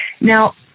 now